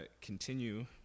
continue